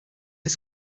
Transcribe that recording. est